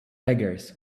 beggars